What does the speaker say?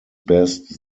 best